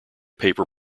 paper